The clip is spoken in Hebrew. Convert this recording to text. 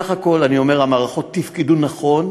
סך הכול, אני אומר, המערכות תפקדו נכון,